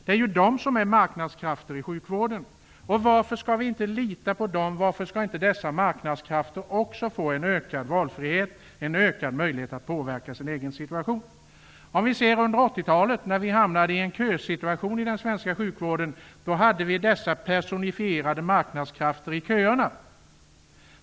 De är marknadskrafterna i sjukvården. Varför skall vi inte lita på dem? Varför skall dessa marknadskrafter inte få en ökad valfrihet, en ökad möjlighet att påverka sin egen situation? Under 1980-talet hamnade vi i en kösituation i den svenska sjukvården. Då hade vi dessa personifierade marknadskrafter i köerna.